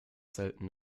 selten